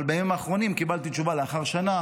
אבל בימים האחרונים קיבלתי תשובה לאחר שנה,